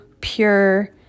pure